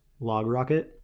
LogRocket